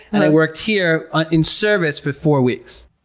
and i worked here in service for four weeks.